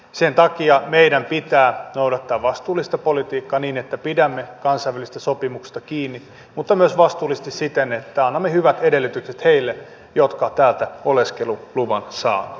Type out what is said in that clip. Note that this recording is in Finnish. sen takia meidän pitää noudattaa vastuullista politiikkaa niin että pidämme kansainvälisistä sopimuksista kiinni mutta myös vastuullisesti siten että annamme hyvät edellytykset heille jotka täältä oleskeluluvan saa